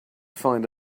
find